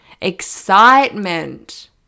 excitement